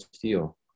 feel